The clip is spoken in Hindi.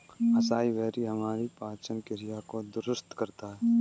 असाई बेरी हमारी पाचन क्रिया को दुरुस्त करता है